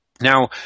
Now